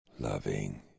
loving